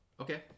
Okay